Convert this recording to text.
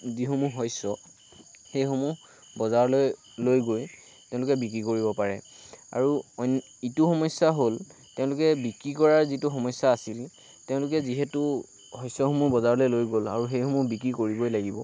যি সমূহ শস্য সেই সমূহ বজাৰলৈ লৈ গৈ তেওঁলোকে বিক্ৰী কৰিব পাৰে আৰু অন্য ইটো সমস্যা হ'ল তেওঁলোকে বিক্ৰী কৰাৰ যিটো সমস্যা আছিল তেওঁলোকে যিহেতু শস্য সমূহ বজাৰলৈ লৈ গ'ল আৰু সেইসমূহ বিক্ৰী কৰিবই লাগিব